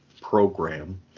program